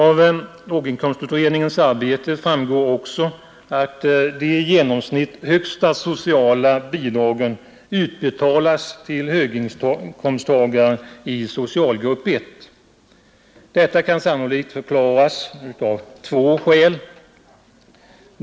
Av låginkomstutredningens arbete framgår också att de i genomsnitt högsta sociala bidragen utbetalades till höginkomsttagare i socialgrupp 1. Detta kan sannolikt förklaras av två skäl.